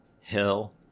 hill